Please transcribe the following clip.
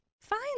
fine